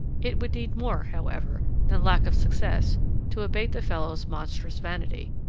it would need more, however, than lack of success to abate the fellow's monstrous vanity.